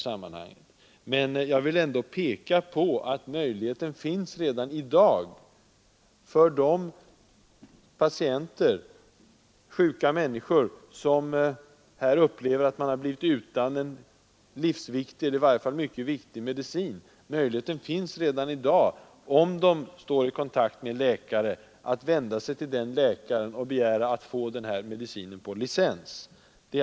Om sjuka människor upplever att de blivit utan en livsviktig eller i varje fall mycket viktig medicin, har de redan i dag — om de står i kontakt med en läkare — möjlighet att vända sig till denne för att få medicinen på licens.